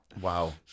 Wow